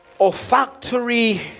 olfactory